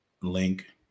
link